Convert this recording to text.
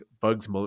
bugs